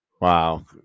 Wow